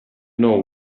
know